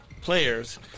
players